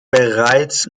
bereits